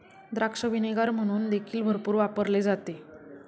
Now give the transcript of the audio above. द्राक्ष व्हिनेगर म्हणून देखील भरपूर वापरले जाते